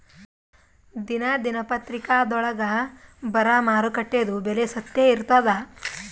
ದಿನಾ ದಿನಪತ್ರಿಕಾದೊಳಾಗ ಬರಾ ಮಾರುಕಟ್ಟೆದು ಬೆಲೆ ಸತ್ಯ ಇರ್ತಾದಾ?